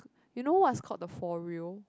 you know what is called the fore real